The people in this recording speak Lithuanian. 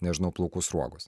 nežinau plaukų sruogos